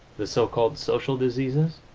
the so-called social diseases,